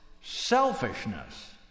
selfishness